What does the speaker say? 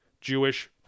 Jewish